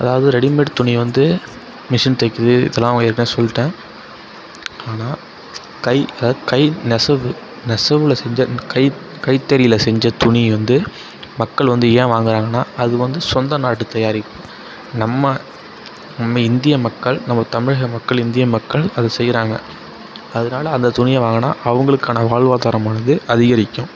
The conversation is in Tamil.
அதாவது ரெடிமேட் துணி வந்து மிஷின் தைக்குது இதெலாம் ஏற்கனேவே சொல்லிட்டேன் ஆனால் கை அதாவது கை நெசவு நெசவில் செஞ்ச கை கைத்தறியில் செஞ்ச துணி வந்து மக்கள் வந்து ஏன் வாங்குறாங்கன்னா அது வந்து சொந்த நாட்டு தயாரிப்பு நம்ம நம்ம இந்திய மக்கள் நம்ம தமிழக மக்கள் இந்திய மக்கள் அது செய்கிறாங்க அதனால அந்த துணியை வாங்கினா அவங்களுக்கான வாழ்வாதாரமானது அதிகரிக்கும்